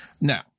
now